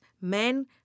men